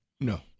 No